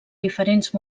diferents